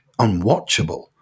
unwatchable